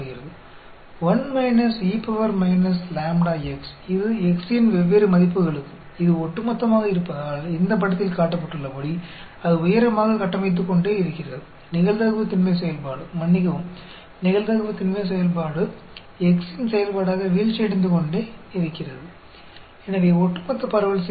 और क्योंकि यह क्युमुलेटिव है यह निर्माण करता रहता है जैसा कि इस आंकड़े में दिखाया गया है जबकि प्रोबेबिलिटी डेंसिटी फ़ंक्शन क्षमा करें प्रोबेबिलिटी डेंसिटी फ़ंक्शन x के रूप में गिरता रहता है